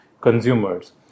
consumers